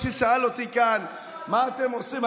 מישהו שאל אותי כאן: מה אתם עושים?